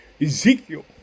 Ezekiel